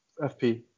FP